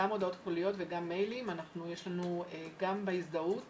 גם הודעות קוליות וגם מיילים, יש לנו גם בהזדהות